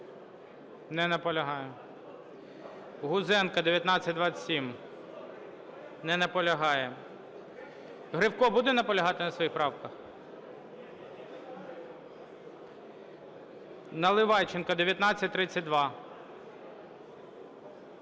Не наполягає. Гузенко, 1927. Не наполягає. Гривко буде наполягати на своїх правках? Наливайченко, 1932.